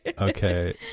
Okay